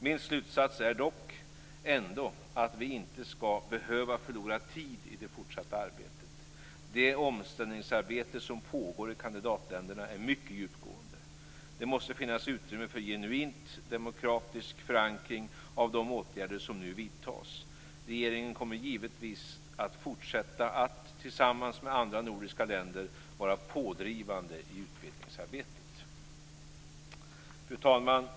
Min slutsats är dock ändå att vi inte skall behöva förlora tid i det fortsatta arbetet. Det omställningsarbete som pågår i kandidatländerna är mycket djupgående. Det måste finnas utrymme för genuint demokratisk förankring av de åtgärder som nu vidtas. Regeringen kommer givetvis att fortsätta att tillsammans med andra nordiska länder vara pådrivande i utvidgningsarbetet. Fru talman!